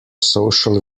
social